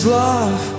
love